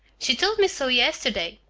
she told me so yesterday.